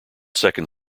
second